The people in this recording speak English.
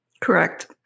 Correct